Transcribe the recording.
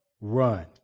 run